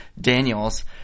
Daniels